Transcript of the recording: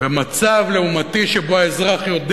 במצב לעומתי שבו האזרח יודע,